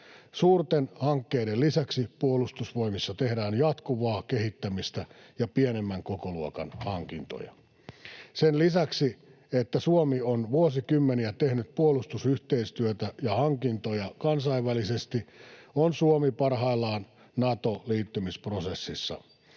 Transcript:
Suurten hankkeiden lisäksi Puolustusvoimissa tehdään jatkuvaa kehittämistä ja pienemmän kokoluokan hankintoja. Sen lisäksi, että Suomi on vuosikymmeniä tehnyt puolustusyhteistyötä ja ‑hankintoja kansainvälisesti, on Suomi parhaillaan Nato-liittymisprosessissa.